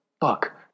Fuck